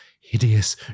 hideous